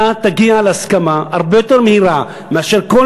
אתה תגיע להסכמה הרבה יותר מהירה מאשר בכל